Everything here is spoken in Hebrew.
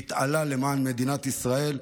והתעלה למען מדינת ישראל,